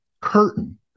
curtain